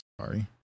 sorry